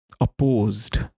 opposed